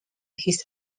his